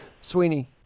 Sweeney